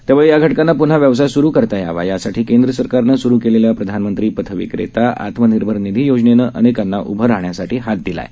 त्यामुळे या घटकांना पुन्हा व्यवसाय सुरू करता यावा यासाठी केंद्र सरकारनं सुरु केलेल्या प्रधानमंत्री पथविक्रेता आत्मनिर्भर निधी योजनेनं अनेकांना उभं राहण्यासाठी हात दिला आहे